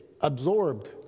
absorbed